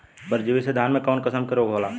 परजीवी से धान में कऊन कसम के रोग होला?